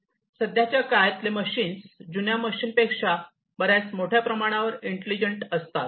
सध्याच्या काळातले मशीन जुन्या मशीन पेक्षा बऱ्याच मोठ्या प्रमाणावर इंटेलिजंट असतात